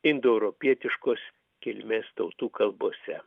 indoeuropietiškos kilmės tautų kalbose